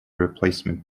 replacement